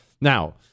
Now